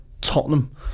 Tottenham